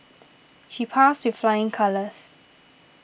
she passed with flying colours